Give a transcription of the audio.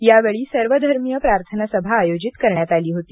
यावेळी सर्वधर्मीय प्रार्थना सभा आयोजित करण्यात आली होती